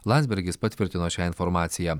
landsbergis patvirtino šią informaciją